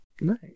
Nice